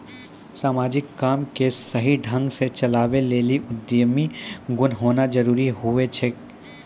समाजिक काम के सही ढंग से चलावै लेली उद्यमी गुण होना जरूरी हुवै छै